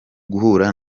guhura